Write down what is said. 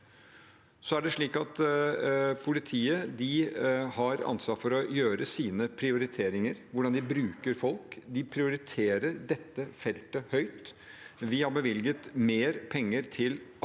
Politiet har ansvar for å gjøre sine prioriteringer av hvordan de bruker folk. De prioriterer dette feltet høyt. Vi har bevilget mer penger til